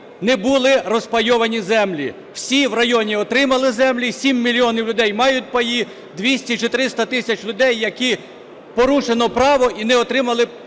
не були розпайовані землі. Всі в районі отримали землі. 7 мільйонів людей мають паї, 200 чи 300 тисяч людей, які порушено право і не отримали